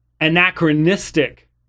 anachronistic